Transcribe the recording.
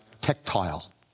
tactile